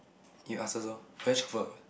you ask first lor better shuffle